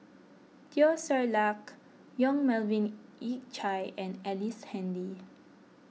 Teo Ser Luck Yong Melvin Yik Chye and Ellice Handy